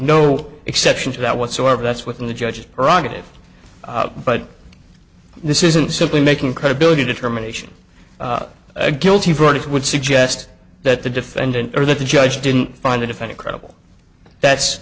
no exception to that whatsoever that's within the judge's prerogative but this isn't simply making credibility determination a guilty verdict would suggest that the defendant or the judge didn't find a different credible that's